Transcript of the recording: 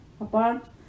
apart